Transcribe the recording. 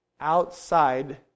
outside